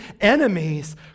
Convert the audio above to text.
enemies